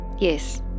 Yes